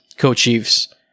co-chiefs